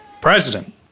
president